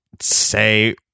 say